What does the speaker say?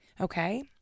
Okay